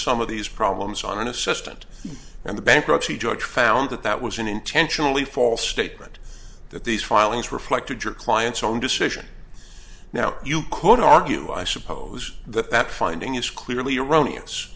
some of these problems on an assistant and the bankruptcy judge found that that was an intentionally false statement that these filings reflected your client's own decision now you could argue i suppose that that finding is clearly erroneous